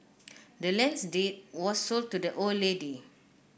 the land's deed was sold to the old lady